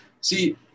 See